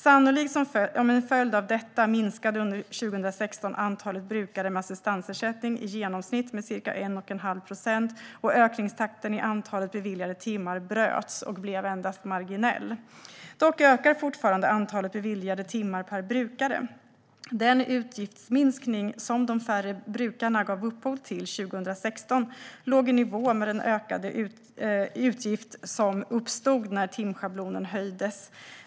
Sannolikt som en följd av detta minskade under 2016 antalet brukare med assistansersättning i genomsnitt med ca 1 1⁄2 procent, och ökningstakten i antalet beviljade timmar bröts och blev endast marginell. Dock ökar fortfarande antalet beviljade timmar per brukare. Den utgiftsminskning som de färre brukarna gav upphov till 2016 låg i nivå med den ökade utgift som uppstod när timschablonen höjdes.